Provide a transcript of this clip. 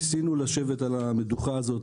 ניסינו לשבת על המדוכה הזאת,